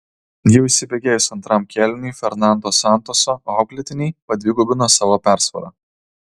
jau įsibėgėjus antram kėliniui fernando santoso auklėtiniai padvigubino savo persvarą